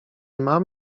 mam